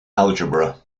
algebra